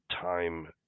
time